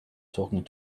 talking